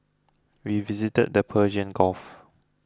we visited the Persian Gulf